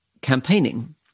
campaigning